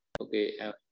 Okay